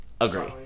agree